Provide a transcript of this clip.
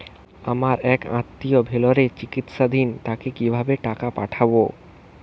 আমার এক আত্মীয় ভেলোরে চিকিৎসাধীন তাকে কি ভাবে টাকা পাঠাবো?